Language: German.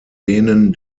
denen